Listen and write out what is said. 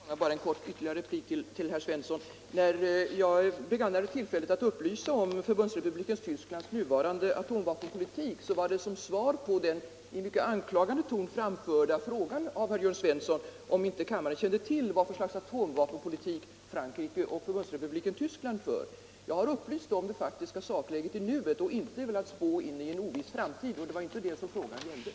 Herr talman! Bara ytterligare en kort replik till herr Svensson i Malmö. När jag begagnade tillfället att upplysa om Förbundsrepubliken Tysklands nuvarande atomvapenpolitik var det ett svar på den i mycket anklagande ton av herr Jörn Svensson framförda frågan, om inte kammaren känner till vilket slags atomvapenpolitik Frankrike och Förbundsrepubliken Tyskland för. Jag har upplyst om det faktiska sakläget i nuet och har inte velat spå om en oviss framtid. Det var inte det som frågan gällde.